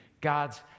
God's